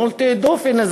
מול תעדוף הנה,